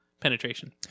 penetration